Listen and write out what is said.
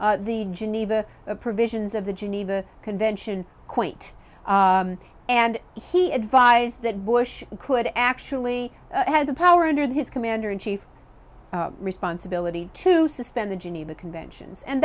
renders the geneva provisions of the geneva convention quaint and he advised that bush could actually have the power under his commander in chief responsibility to suspend the geneva conventions and